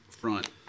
front